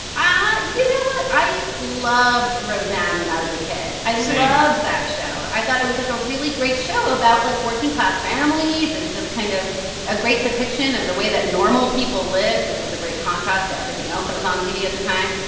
you know what? i loved roseanne when i was a kid same i loved that show. i thought it was, like, a really great show about, like, working-class families and just kind of a great depiction of the way that normal people lived, which was a great contrast to everything else that was on tv at the time.